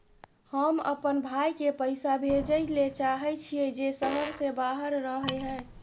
हम अपन भाई के पैसा भेजय ले चाहय छियै जे शहर से बाहर रहय हय